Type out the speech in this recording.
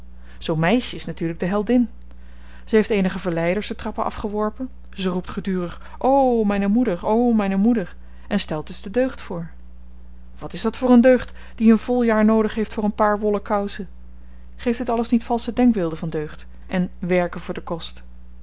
zoo'n meisjen is natuurlyk de heldin ze heeft eenige verleiders de trappen afgeworpen ze roept gedurig o myne moeder o myne moeder en stelt dus de deugd voor wat is dat voor een deugd die een vol jaar noodig heeft voor een paar wollen kousen geeft dit alles niet valsche denkbeelden van deugd en werken voor den kost